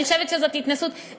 אני חושבת שזאת התנשאות.